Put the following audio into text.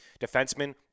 defenseman